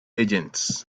agents